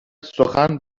سخن